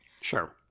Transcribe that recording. sure